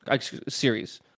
series